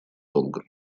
долго